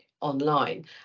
online